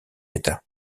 état